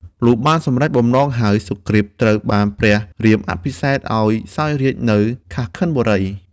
លុះបានសម្រេចបំណងហើយសុគ្រីពត្រូវបានព្រះរាមអភិសេកឱ្យសោយរាជ្យនៅ ខាស់ខិនបុរី។